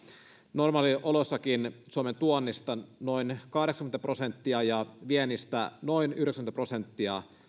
normaalioloissakin suomen tuonnista noin kahdeksankymmentä prosenttia ja viennistä noin yhdeksänkymmentä prosenttia